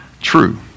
true